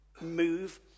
move